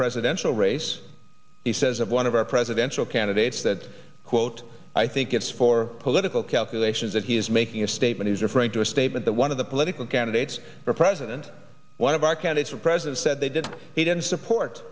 presidential race he says of one of our presidential candidates that quote i think it's for political calculations that he is making a statement he's referring to a statement that one of the political candidates for president one of our candidates for president said they didn't he didn't support